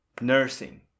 nursing